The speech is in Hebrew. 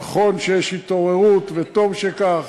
נכון שיש התעוררות, וטוב שכך.